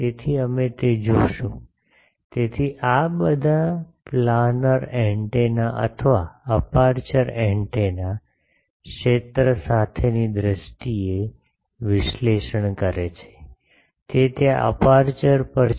તેથી અમે તે જોશું તેથી આ બધા પ્લાનર એન્ટેના અથવા અપેરચ્યોર એન્ટેના ક્ષેત્ર સાથેની દ્રષ્ટિએ વિશ્લેષણ કરે છે તે ત્યાં અપેરચ્યોર પર છે